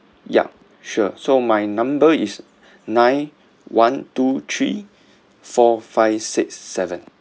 ya sure so my number is nine one two three four five six seven